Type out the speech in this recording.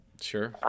Sure